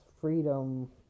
freedom